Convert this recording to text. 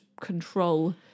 control